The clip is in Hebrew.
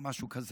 או משהו כזה.